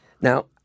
Now